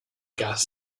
gas